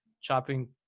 chopping